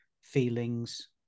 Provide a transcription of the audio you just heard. feelings